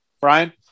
Brian